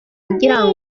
kugira